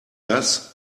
das